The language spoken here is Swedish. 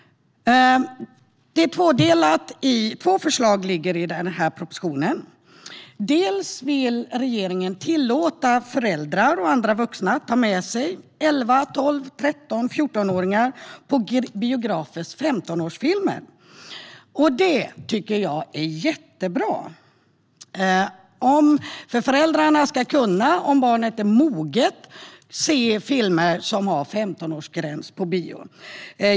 Det finns två förslag i propositionen. Regeringen vill tillåta föräldrar och andra vuxna att ta med sig elvaåringar, tolvåringar, trettonåringar och fjortonåringar till biografer för att se filmer med femtonårsgräns. Det tycker jag är jättebra. Föräldrar och barn ska, om barnet är moget, kunna se filmer med femtonårsgräns på bio.